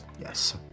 Yes